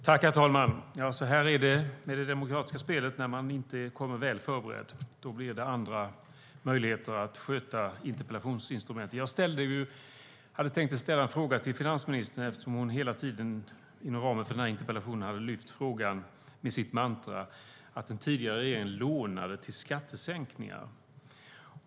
Herr talman! Så här är det med det demokratiska spelet när man inte kommer väl förberedd. Då blir det andra möjligheter att sköta interpellationsinstrumentet. Jag hade tänkt ställa en fråga till finansministern eftersom hon hela tiden, inom ramen för den här interpellationen, upprepade sitt mantra att den tidigare regeringen lånade till skattesänkningar.